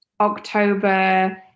October